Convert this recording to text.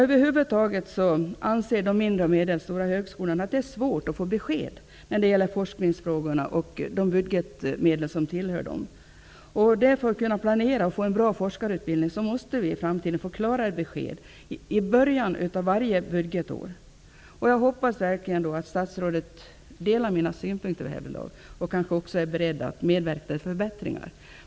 Över huvud taget anser de mindre och medelstora högskolorna att det är svårt att få besked när det gäller forskningsfrågorna och de budgetmedel som hör till. För att kunna planera för en bra forskarutbildning måste vi i framtiden i början av varje budgetår få klarare besked. Jag hoppas verkligen att statsrådet har samma åsikt som jag och är beredd att medverka till förbättringar.